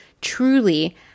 truly